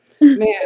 man